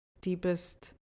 deepest